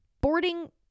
boarding